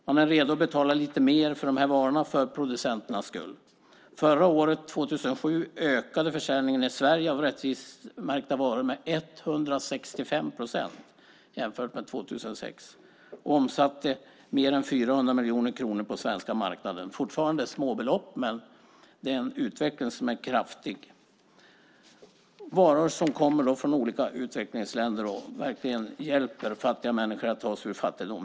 Man är redo att betala lite mer för de här varorna för producenternas skull. Förra året - 2007 - ökade försäljningen i Sverige av rättvisemärkta varor med 165 procent jämfört med 2006 och omsatte mer än 400 miljoner kronor på den svenska marknaden. Det är fortfarande små belopp, men utvecklingen är kraftig. Varorna kommer från olika utvecklingsländer och hjälper verkligen fattiga människor att ta sig ur fattigdom.